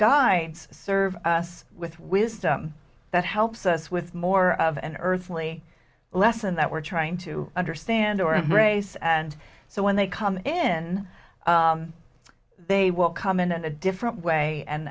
guides serve us with wisdom that helps us with more of an earthly lesson that we're trying to understand or embrace and so when they come in they will come in a different way